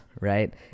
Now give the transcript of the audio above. right